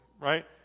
right